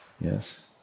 Yes